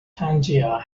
tangier